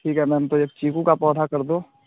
ठीक है मैम तो एक चीकू का पौधा कर दो